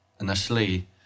initially